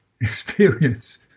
experience